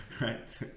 right